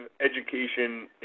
education